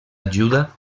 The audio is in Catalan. ajuda